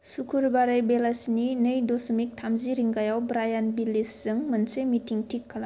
सुकुरबारै बेलासिनि नै दशमिक थामजि रिंगायाव ब्रायान बिलिंसजों मोनसे मिटिं थिक खालाम